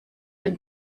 den